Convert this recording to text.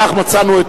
כך מצאנו,